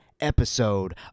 episode